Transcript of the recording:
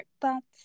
thoughts